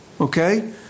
Okay